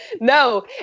No